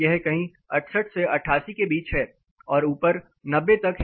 यह कहीं 68 से 88 के बीच है और ऊपर 90 तक है